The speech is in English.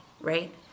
right